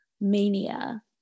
mania